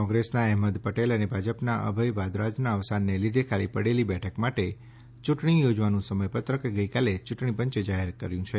કોંગ્રેસના અહેમદ પટેલ અને ભાજપના અભય ભારદ્વાજના અવસાનને લીધે ખાલી પડેલી બેઠક માટે ચૂંટણી યોજવાનું સમય પત્રક ગઈકાલે ચૂંટણી પંચે જાહેર થયું છે